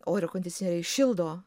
oro kondicionieriai šildo